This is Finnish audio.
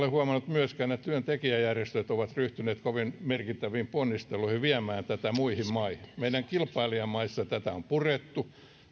myöskään että työntekijäjärjestöt olisivat ryhtyneet kovin merkittäviin ponnisteluihin viedä tätä muihin maihin meidän kilpailijamaissamme tätä on purettu